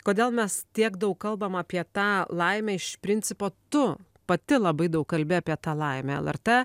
kodėl mes tiek daug kalbam apie tą laimę iš principo tu pati labai daug kalbi apie tą laimę lrt